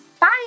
Bye